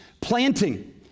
planting